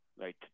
right